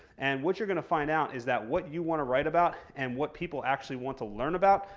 and what you're going to find out is that what you want to write about and what people actually want to learn about,